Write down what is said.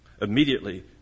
Immediately